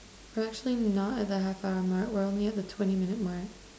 we're actually not at the half hour mark we're only at the twenty minute mark